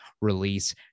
release